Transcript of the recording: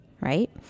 right